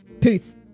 Peace